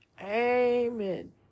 Amen